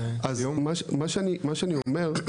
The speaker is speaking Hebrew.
אז מה שאני אומר,